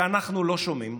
שאתם לא שומעים,